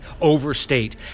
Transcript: overstate